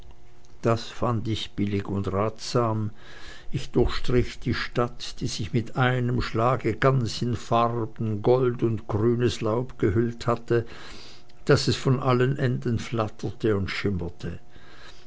das fand ich billig und ratsam ich durchstrich die stadt die sich mit einem schlage ganz in farben gold und grünes laub gehüllt hatte daß es von allen enden flatterte und schimmerte